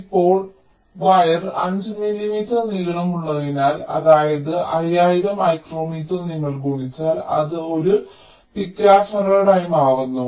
ഇപ്പോൾ വയർ 5 മില്ലീമീറ്റർ നീളമുള്ളതിനാൽ അതായത് 5000 മൈക്രോമീറ്റർ നിങ്ങൾ ഗുണിച്ചാൽ അത് 1 പിക്കോഫറാഡ് ആയി മാറുന്നു